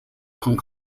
hong